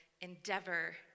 endeavor